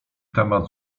temat